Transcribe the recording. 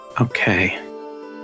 Okay